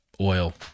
oil